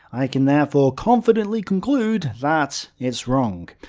i can therefore confidently conclude that it's wrong.